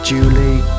Julie